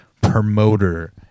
promoter